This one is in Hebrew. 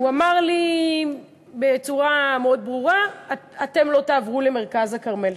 הוא אמר לי בצורה מאוד ברורה: אתם לא תעברו למרכז הכרמל.